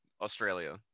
Australia